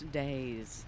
days